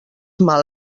mal